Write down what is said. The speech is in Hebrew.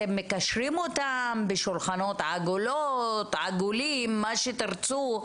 אתם מקשרים אותם בשולחנות עגולים ומה שתרצו,